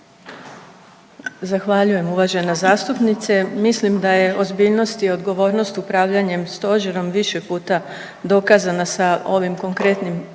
Zahvaljujem uvažena zastupnice, mislim da je ozbiljnost i odgovornost upravljanjem stožerom više puta dokazana sa ovim konkretnim